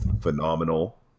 phenomenal